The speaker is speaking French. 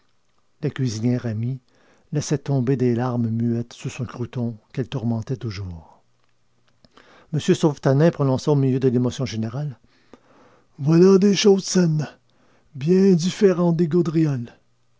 la cuisinière amie laissait tomber des larmes muettes sur son croûton qu'elle tourmentait toujours m sauvetanin prononça au milieu de l'émotion générale voilà des choses saines bien différentes des